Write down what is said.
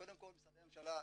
שקודם כל משרדי הממשלה,